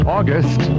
August